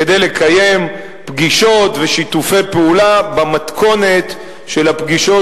כדי לקיים פגישות ושיתופי פעולה במתכונת הפגישות